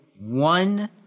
one